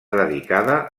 dedicada